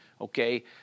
Okay